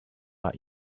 are